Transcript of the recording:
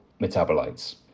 metabolites